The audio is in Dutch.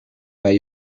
bij